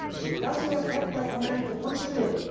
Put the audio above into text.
because you have kept my command to persevere,